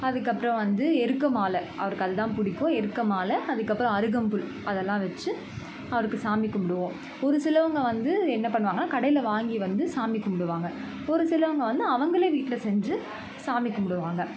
அதுக்கு அப்புறம் வந்து எருக்கம் மாலை அவருக்கு அதுதான் பிடிக்கும் எருக்கம் மாலை அதுக்கு அப்புறம் அருகம்புல் அதெல்லாம் வச்சு அவருக்கு சாமி கும்பிடுவோம் ஒரு சிலவங்கள் வந்து என்ன பண்ணுவாங்கன்னால் கடையில் வாங்கி வந்து சாமி கும்பிடுவாங்க ஒரு சிலவங்கள் வந்து அவங்களே வீட்டில் செஞ்சு சாமி கும்பிடுவாங்க